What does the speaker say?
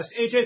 aj